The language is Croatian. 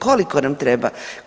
Koliko nam treba?